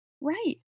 Right